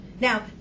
Now